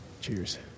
cheers